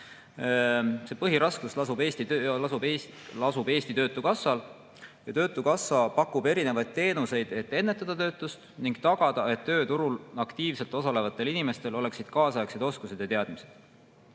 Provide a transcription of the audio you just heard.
Põhiraskus lasub Eesti Töötukassal, kes pakub erinevaid teenuseid, et ennetada töötust ning tagada, et tööturul aktiivselt osalevatel inimestel oleksid kaasaegsed oskused ja teadmised.